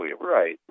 right